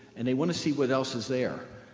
and they want to see what else is there,